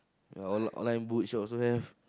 ya on~ online bookshop also have